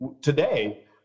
today